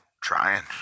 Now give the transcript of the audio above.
trying